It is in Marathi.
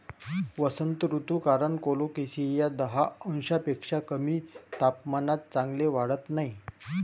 वसंत ऋतू कारण कोलोकेसिया दहा अंशांपेक्षा कमी तापमानात चांगले वाढत नाही